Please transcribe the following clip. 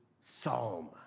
psalm